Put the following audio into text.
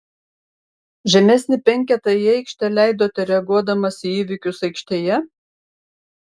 žemesnį penketą į aikštę leidote reaguodamas į įvykius aikštėje